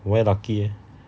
why lucky leh